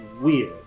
weird